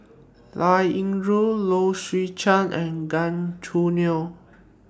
Liao Yingru Low Swee Chen and Gan Choo Neo